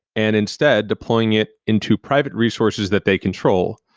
and instead deploying it into private resources that they control.